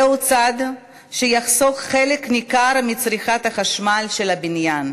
זהו צעד שיחסוך חלק ניכר מצריכת החשמל של הבניין.